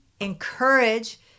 encourage